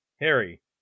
Harry